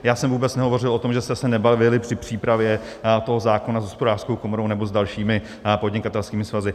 Já jsem vůbec nehovořil o tom, že jste se nebavili při přípravě toho zákona s Hospodářskou komorou nebo s dalšími podnikatelskými svazy.